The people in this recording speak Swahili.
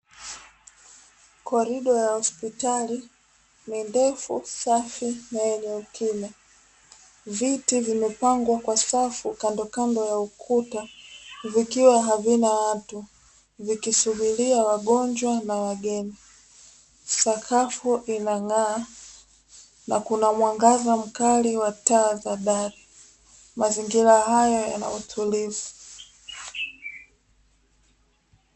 Korido ya hospitali ni ndefu, safi na yenye ukimya viti vimepangwa kwa safu kandokando ya ukuta vikiwa havina watu. vikisubiria wagonjwa na wageni sakafu inang'aa na kuna mwangaza mkali wa taa za dari mazingira haya yana utulivu.